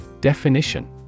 Definition